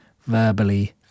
verbally